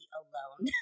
alone